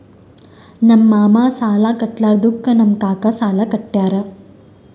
ನಮ್ ಮಾಮಾ ಸಾಲಾ ಕಟ್ಲಾರ್ದುಕ್ ನಮ್ ಕಾಕಾ ಸಾಲಾ ಕಟ್ಯಾರ್